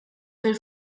fil